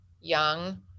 young